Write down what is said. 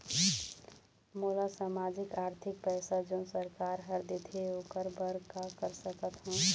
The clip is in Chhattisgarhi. मोला सामाजिक आरथिक पैसा जोन सरकार हर देथे ओकर बर का कर सकत हो?